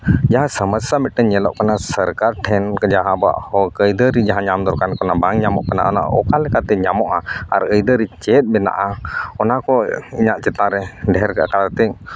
ᱡᱟᱦᱟᱸ ᱥᱚᱢᱚᱥᱥᱟ ᱢᱤᱫᱴᱟᱱ ᱧᱮᱞᱚᱜ ᱠᱟᱱᱟ ᱥᱚᱨᱠᱟᱨ ᱴᱷᱮᱱ ᱡᱟᱦᱟᱸ ᱜᱮ ᱟᱵᱚᱣᱟᱜ ᱦᱚᱠ ᱟᱹᱭᱫᱟᱹᱨᱤ ᱡᱟᱦᱟᱸ ᱧᱟᱢ ᱫᱚᱨᱠᱟ ᱠᱟᱱᱟ ᱵᱟᱝ ᱧᱟᱢᱚᱜ ᱠᱟᱱᱟ ᱚᱱᱟ ᱚᱠᱟ ᱞᱮᱠᱟᱛᱮ ᱧᱟᱢᱚᱜᱼᱟ ᱟᱨ ᱟᱹᱭᱫᱟᱹᱨᱤ ᱪᱮᱫ ᱢᱮᱱᱟᱜᱼᱟ ᱚᱱᱟ ᱠᱚ ᱤᱧᱟᱹᱜ ᱪᱮᱛᱟᱱ ᱨᱮ ᱰᱷᱮᱨ ᱠᱟᱛᱷᱟ ᱟᱛᱮᱧ